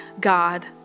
God